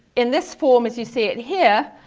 in this form as you see it here,